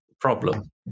problem